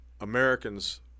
Americans